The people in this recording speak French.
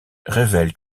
révèle